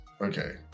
Okay